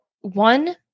one